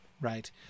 right